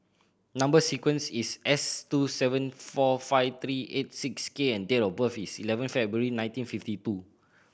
number sequence is S two seven four five three eight six K and date of birth is eleven February nineteen fifty two